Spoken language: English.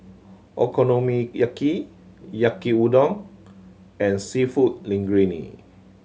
Okonomiyaki Yaki Udon and Seafood Linguine